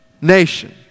nation